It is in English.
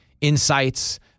insights